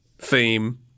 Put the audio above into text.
theme